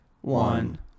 one